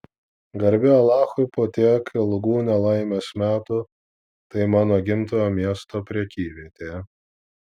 garbė alachui po tiek ilgų nelaimės metų tai mano gimtojo miesto prekyvietė